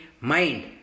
mind